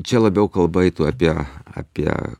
čia labiau kalba eitų apie apie